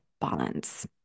balance